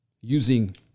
using